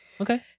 Okay